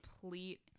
complete